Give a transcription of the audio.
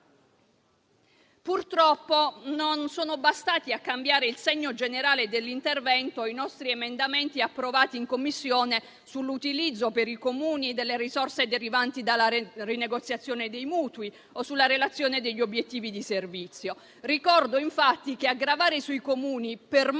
Purtroppo, non sono bastati a cambiare il segno generale dell’intervento i nostri emendamenti approvati in Commissione sull’utilizzo, per i Comuni, delle risorse derivanti dalla rinegoziazione dei mutui o sulla relazione degli obiettivi di servizio. Ricordo, infatti, che a gravare sui Comuni